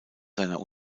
seiner